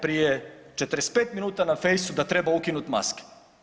prije 45 minuta na Face-u da treba ukinut maske.